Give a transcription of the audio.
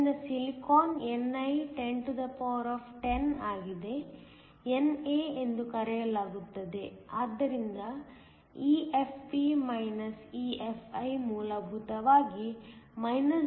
ಆದ್ದರಿಂದ silicon ni 1010 ಆಗಿದೆ NA ಎಂದು ಕರೆಯಲಾಗುತ್ತದೆ ಆದ್ದರಿಂದ EFp EFi ಮೂಲಭೂತವಾಗಿ 0